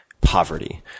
poverty